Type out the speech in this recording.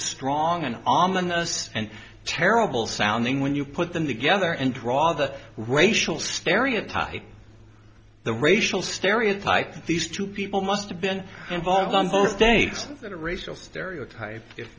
strong and ominous and terrible sounding when you put them together and draw the racial stereotype the racial stereotype that these two people must have been involved in both states that a racial stereotype if